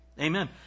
Amen